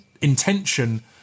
intention